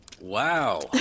Wow